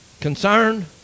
concerned